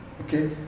Okay